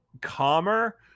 calmer